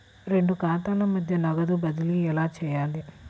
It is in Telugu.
రెండు ఖాతాల మధ్య నగదు బదిలీ ఎలా చేయాలి?